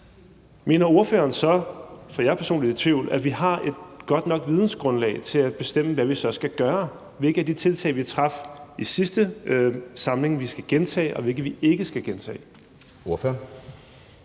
personligt i tvivl, at vi har et godt nok vidensgrundlag til at bestemme, hvad vi så skal gøre, hvilke af de tiltag, vi traf i sidste samling, vi skal gentage, og hvilke vi ikke skal gentage?